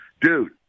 Dude